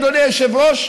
אדוני היושב-ראש,